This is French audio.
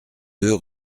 deux